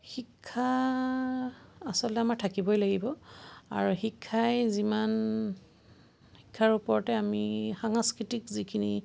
শিক্ষা আচলতে আমাৰ থাকিবই লাগিব আৰু শিক্ষাই যিমান শিক্ষাৰ ওপৰতে আমি সাংস্কৃতিক যিখিনি